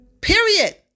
Period